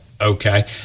Okay